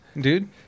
dude